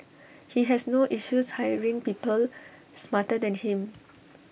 he has no issues hiring people smarter than him